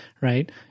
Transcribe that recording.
Right